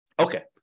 Okay